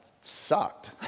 sucked